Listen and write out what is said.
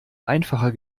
einfacher